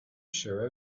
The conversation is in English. sure